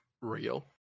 Real